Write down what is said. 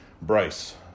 Bryce